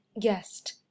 Guest